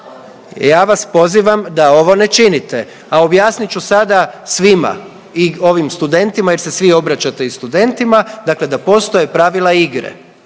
ja vas pozivam da ovo ne činite, a objasnit ću sada svima i ovim studentima, jer se svi obraćate i studentima dakle da postoje pravila igre,